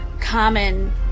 common